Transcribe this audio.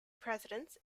presidents